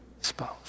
spouse